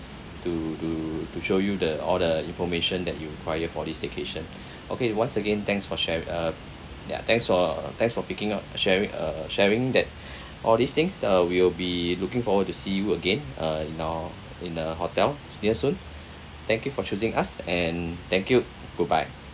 to to to show you the all the information that you require for this staycation okay once again thanks for share uh ya thanks for thanks for picking up sharing uh sharing that all these things uh we will be looking forward to see you again uh in our in the hotel near soon thank you for choosing us and thank you goodbye